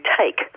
take